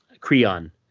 Creon